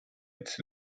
its